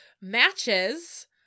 matches